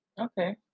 Okay